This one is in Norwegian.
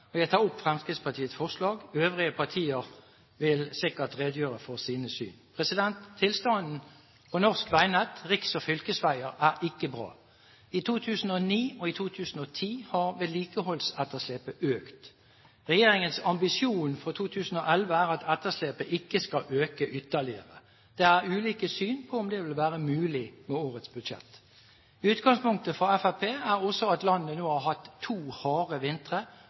2011. Jeg tar opp Fremskrittspartiets forslag. Øvrige partier vil sikkert redegjøre for sine syn. Tilstanden på norsk veinett – riks- og fylkesveier – er ikke bra. I 2009 og i 2010 har vedlikeholdsetterslepet økt. Regjeringens ambisjon for 2011 er at etterslepet ikke skal øke ytterligere. Det er ulike syn på om det vil være mulig med årets budsjett. Utgangspunktet for Fremskrittspartiet er også at landet nå har hatt to harde vintre